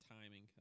timing